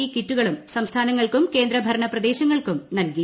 E കിറ്റുകളും സംസ്ഥാനങ്ങൾക്കും കേന്ദ്ര പ്രദേശങ്ങൾക്കും നൽകി